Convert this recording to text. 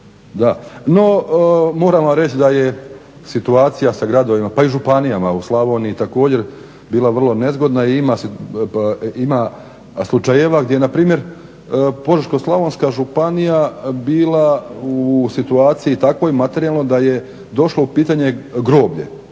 No moram vam reći da je situacija sa gradovima pa i županijama u Slavoniji također bila vrlo nezgodna i ima slučajeva gdje npr. Požeško-slavonska županija bila u situaciji takvoj materijalnoj da je došlo u pitanje groblje